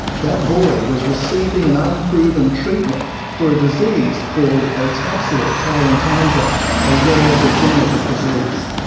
that boy was receiving an unproven treatment for a disease called ataxia telangiectasia, a rare degenerative disease.